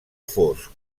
fosc